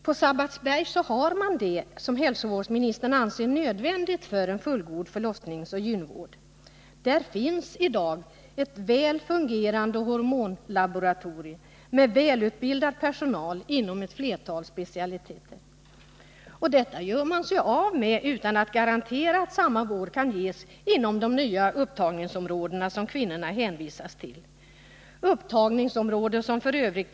På Sabbatsberg finns det som hälsovårdsministern anser nödvändigt för en fullgod förlossningsoch gynvård. Där finns i dag ett väl fungerande hormonlaboratorium med välutbildad personal inom ett flertal specialiteter. Detta gör man sig av med, utan att garantera att samma vård kan ges inom de nya upptagningsområden som kvinnorna hänvisas till. Inom dessa upptagningsområden finns nämligen inte dessa specialiteter.